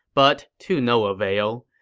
but to no avail.